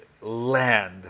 land